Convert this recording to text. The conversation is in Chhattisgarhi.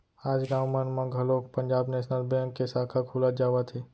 आज गाँव मन म घलोक पंजाब नेसनल बेंक के साखा खुलत जावत हे